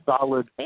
solid